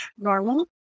normal